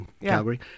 Calgary